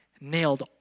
nailed